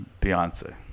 Beyonce